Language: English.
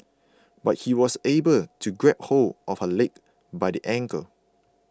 but he was able to grab hold of her leg by the ankle